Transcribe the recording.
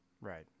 Right